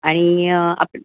आणि आपलं